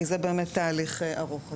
כי זה באמת תהליך ארוך.